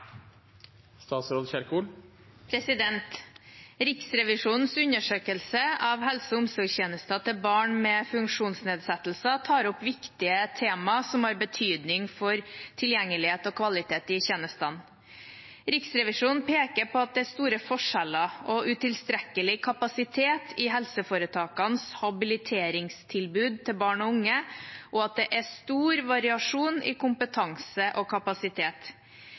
omsorgstjenester til barn med funksjonsnedsettelser tar opp viktige temaer som har betydning for tilgjengelighet og kvalitet i tjenestene. Riksrevisjonen peker på at det er store forskjeller og utilstrekkelig kapasitet i helseforetakenes habiliteringstilbud til barn og unge, og at det er stor variasjon i kompetanse og kapasitet.